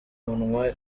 munwa